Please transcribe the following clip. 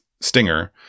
stinger